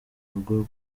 rugo